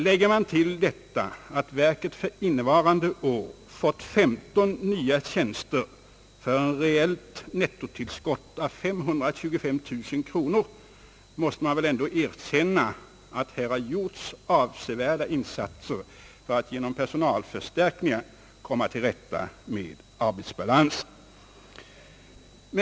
Lägger man till detta, att verket för innevarande år fått 15 nya tjänster för ett reellt nettotillskott av 525 000 kronor, måste man väl ändå erkänna, att det har gjorts avsevärda insatser för att genom personalförstärkningar komma till rätta med arbetsbalansen.